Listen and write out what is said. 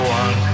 one